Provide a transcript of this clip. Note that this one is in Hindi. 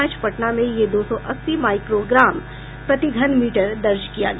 आज पटना में यह दो सौ अस्सी माइक्रोग्राम प्रतिघन मीटर दर्ज किया गया